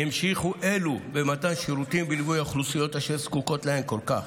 המשיכו אלו במתן שירותים ובליווי האוכלוסיות אשר זקוקות להם כל כך.